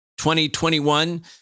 2021